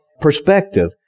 perspective